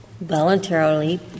voluntarily